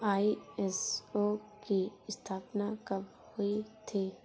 ISO की स्थापना कब हुई थी?